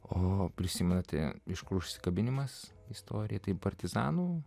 o prisimenate iš kur užsikabinimas istorijoje taip partizanų